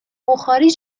بخاری